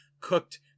cooked